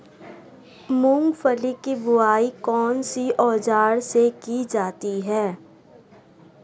मूंगफली की बुआई कौनसे औज़ार से की जाती है?